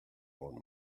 own